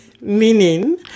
Meaning